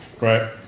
Right